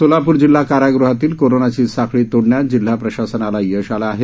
सोलापूर जिल्हा कारागृहातली कोरोनाची साखळी तोडण्यात जिल्हा प्रशासनाला यश आलं आहे